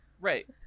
Right